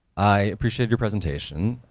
i appreciate your presentation,